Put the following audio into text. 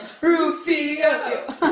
Rufio